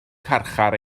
carchar